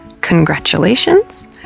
congratulations